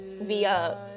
via